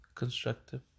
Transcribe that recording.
constructive